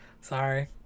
sorry